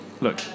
Look